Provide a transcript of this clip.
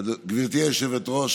גברתי היושבת-ראש,